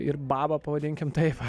ir babą pavadinkim taip